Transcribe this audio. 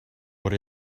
what